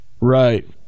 Right